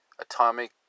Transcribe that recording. atomic